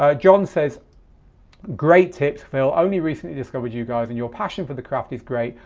ah john says great tips phil, only recently discovered you guys and your passion for the craft is great.